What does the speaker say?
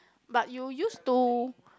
but you used to